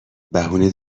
بهونه